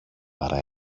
παρά